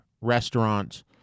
restaurants